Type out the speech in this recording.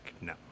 No